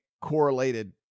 correlated